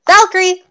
Valkyrie